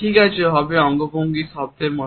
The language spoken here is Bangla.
ঠিক আছে হবে অঙ্গভঙ্গিও শব্দের মত